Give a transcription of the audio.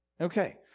Okay